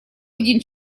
один